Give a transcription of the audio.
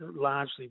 largely